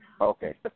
Okay